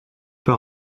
pas